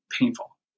painful